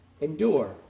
endure